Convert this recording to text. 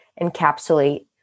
encapsulate